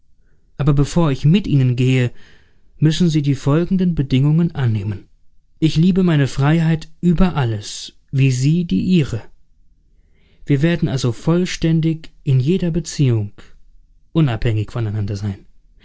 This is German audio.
aber bevor ich mit ihnen gehe müssen sie die folgenden bedingungen annehmen ich liebe meine freiheit über alles wie sie die ihre wir werden also vollständig in jeder beziehung unabhängig voneinander sein